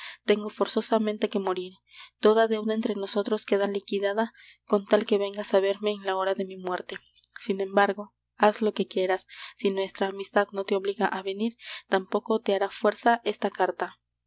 tengo forzosamente que morir toda deuda entre nosotros queda liquidada con tal que vengas á verme en la hora de mi muerte sin embargo haz lo que quieras si nuestra amistad no te obliga á venir tampoco te hará fuerza esta carta